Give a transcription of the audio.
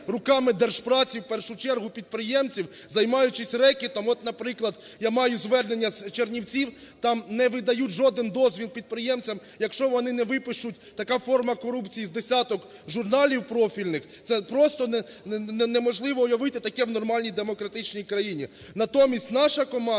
рукамиДержпраці, в першу чергу, підприємців, займаючись рекетом, от, наприклад, я маю звернення з Чернівців, там не видають жоден дозвіл підприємцям, якщо вони не випишуть – така форма корупція – з десяток журналів профільних! Це просто неможливо уявити таке в нормальній демократичній країні. Натомість наша команда,